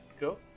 go